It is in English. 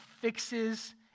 fixes